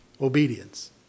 obedience